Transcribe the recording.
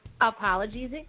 Apologies